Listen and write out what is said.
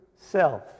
self